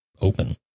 open